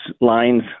lines